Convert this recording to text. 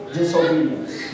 disobedience